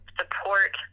support